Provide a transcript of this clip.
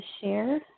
share